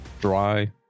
dry